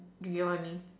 you get what I mean